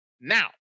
now